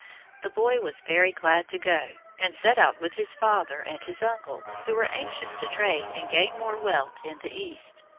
the boy was very glad to go, and set out with his father and his uncle, who were anxious to trade and gain more wealth in the east.